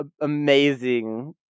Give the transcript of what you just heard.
amazing